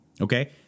Okay